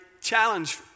challenge